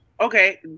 Okay